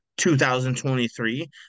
2023